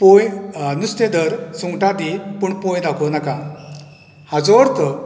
पोय नुस्तें धर सुंगटा दी पूण पोय दाखोंव नाका हाचो अर्थ